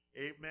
amen